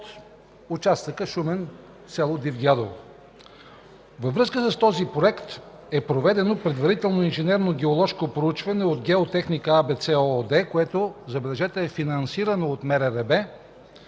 участъка Шумен – село Дивдядово”. Във връзка с този проект е проведено предварително инженерно-геоложко проучване от „Геотехника АБС” ООД, което – забележете, е финансирано от МРРБ,